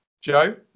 Joe